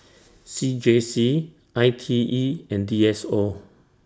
C J C I T E and D S O